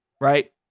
right